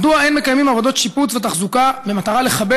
מדוע אין מקיימים עבודות שיפוץ ותחזוקה במטרה לכבד